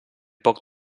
poc